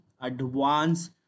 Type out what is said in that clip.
advance